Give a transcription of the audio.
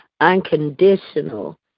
unconditional